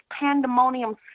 pandemonium